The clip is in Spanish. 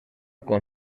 con